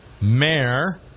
Mayor